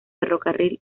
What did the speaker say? ferrocarril